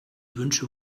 wünsche